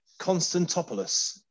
Constantopoulos